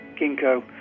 ginkgo